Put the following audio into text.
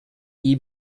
iyi